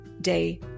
day